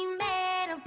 man,